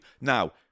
Now